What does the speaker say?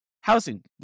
housing